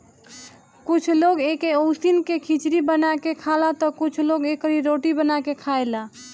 कुछ लोग एके उसिन के खिचड़ी बना के खाला तअ कुछ लोग एकर रोटी बना के खाएला